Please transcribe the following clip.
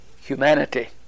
humanity